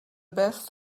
best